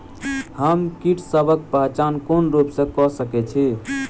हम कीटसबक पहचान कोन रूप सँ क सके छी?